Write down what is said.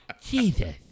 Jesus